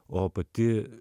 o pati